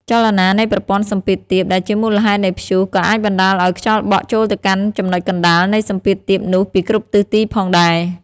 ចលនានៃប្រព័ន្ធសម្ពាធទាប ដែលជាមូលហេតុនៃព្យុះក៏អាចបណ្តាលឱ្យខ្យល់បក់ចូលទៅកាន់ចំណុចកណ្តាលនៃសម្ពាធទាបនោះពីគ្រប់ទិសទីផងដែរ។